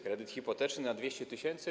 Kredyt hipoteczny na 200 tys.